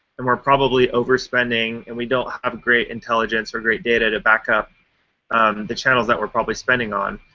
and we're probably over-spending, and we don't have great intelligence or great data to back up the channels that we're probably spending on.